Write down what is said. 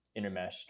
intermeshed